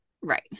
Right